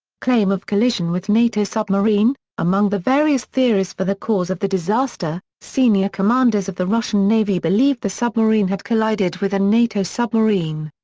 claim of collision with nato submarine among the various theories for the cause of the disaster, senior commanders of the russian navy believed the submarine had collided with a nato submarine.